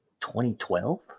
2012